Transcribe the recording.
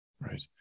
Right